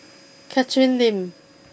Catherine Lim